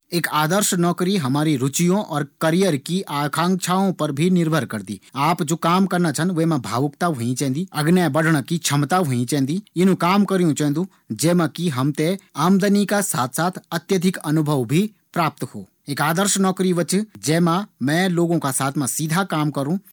एक आदर्श नौकरी हमारी रुचियों और करियर की आकांक्षाओं पर भी निर्भर करदी। आप जू काम करना छा विमा भावुकता होयी चैन्दी। अग्ने बढ़ण की क्षमता होइ चैन्दी। इनु काम करियु चैन्दु जैमा हम थें आमदनी का साथ मा ज्यादा से ज्यादा अनुभव भी प्राप्त हो। एक आदर्श काम वू च जिमा मैं लोगों का साथ मा सीधा काम करू।